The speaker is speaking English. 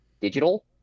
digital